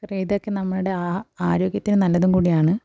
കറി ഇതൊക്കെ നമ്മുടെ ആരോഗ്യത്തിന് നല്ലതും കൂടിയാണ്